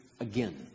again